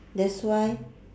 that's why